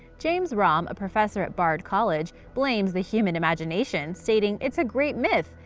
james romm, a professor at bard college, blames the human imagination, stating it's a great myth.